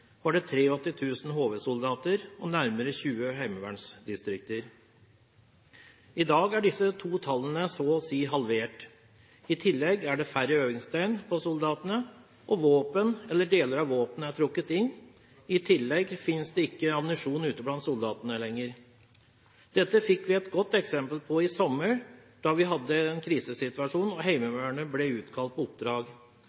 var det 83 000 HV-soldater og nærmere 20 heimevernsdistrikter. I dag er disse to tallene så å si halvert. I tillegg er det færre øvingsdøgn for soldatene, og våpen, eller deler av våpenet, er trukket inn. I tillegg finnes det ikke ammunisjon ute blant soldatene lenger. Dette fikk vi et godt eksempel på i sommer, da vi hadde en krisesituasjon og